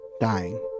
dying